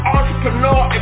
Entrepreneur